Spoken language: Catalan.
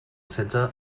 setze